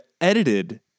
edited